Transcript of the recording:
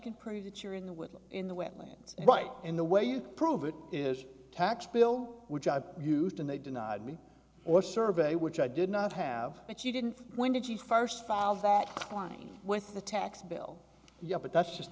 can prove that you're in with them in the wetlands and right in the way you can prove it is a tax bill which i used and they denied me or survey which i did not have but you didn't when did you first file that line with the tax bill yeah but that's just